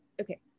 Okay